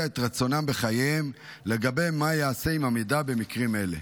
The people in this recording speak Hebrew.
את רצונם בחייהם לגבי מה ייעשה עם המידע במקרים אלה.